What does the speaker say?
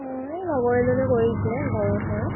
অঁ এই লগৰ এজনীয়ে কৰিছিলে ঘৰৰ ওচৰৰ